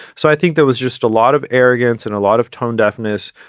so i think there was just a lot of arrogance and a lot of tone deafness.